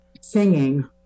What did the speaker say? Singing